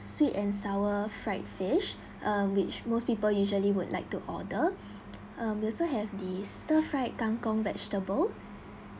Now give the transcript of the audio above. sweet and sour fried fish uh which most people usually would like to order um we also have the stir fried kang kong vegetable